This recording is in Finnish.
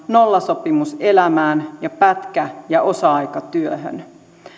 nollasopimuselämään ja pätkä ja osa aikatyöhön